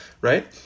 right